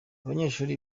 abanyeshuri